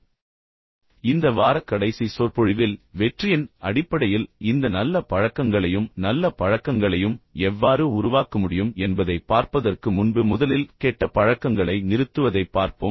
இப்போது இந்த வார கடைசி சொற்பொழிவில் வெற்றியின் அடிப்படையில் இந்த நல்ல பழக்கங்களையும் நல்ல பழக்கங்களையும் எவ்வாறு உருவாக்க முடியும் என்பதைப் பார்ப்பதற்கு முன்பு முதலில் கெட்ட பழக்கங்களை நிறுத்துவதைப் பார்ப்போம்